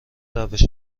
روش